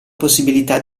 possibilità